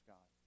God